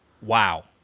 Wow